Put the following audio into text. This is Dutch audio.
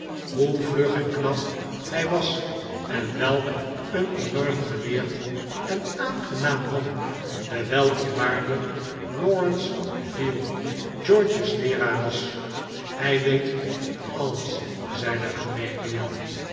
hoe vlug en knap hij was en welk een enorm geleerd en aangenaam man de weleerwaarde lawrence veal george's leeraar was hij weet alles zeide amelia